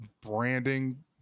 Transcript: branding